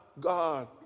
God